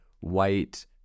white